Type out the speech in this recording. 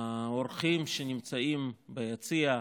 האורחים שנמצאים ביציע,